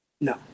No